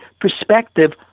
perspective